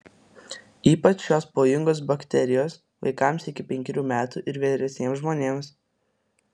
ypač šios pavojingos bakterijos vaikams iki penkerių metų ir vyresniems žmonėms